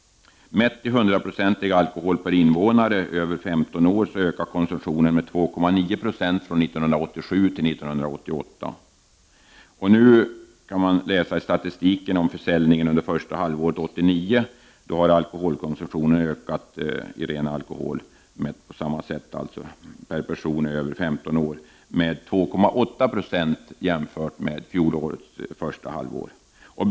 Mätt i 100 procentig alkohol per invånare över 15 år ökade konsumtionen med 2,9 90 från 1987 till 1988. Av statistiken för försäljning under första halvåret 1989 framgår att alkoholkonsumtionen — beräknad på samma sätt — har ökat med 2,8 0 jämfört med första halvåret 1988.